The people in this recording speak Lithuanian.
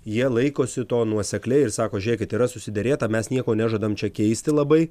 jie laikosi to nuosekliai ir sako žiūrėkit yra susiderėta mes nieko nežadam čia keisti labai